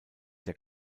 der